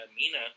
Mina